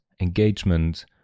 engagement